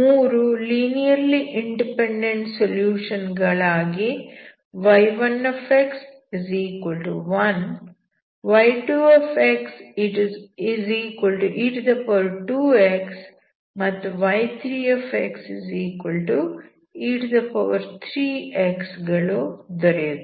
3 linearly independent solution ಗಳಾಗಿ y1x1 y2xe2x ಮತ್ತು y3xe3x ಗಳು ದೊರೆಯುತ್ತವೆ